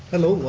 hello,